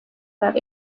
that